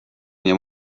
nie